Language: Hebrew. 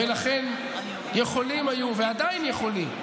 ולכן יכולים היו, ועדיין יכולים,